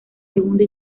segundo